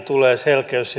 tulee selkeys